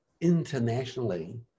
internationally